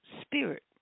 spirit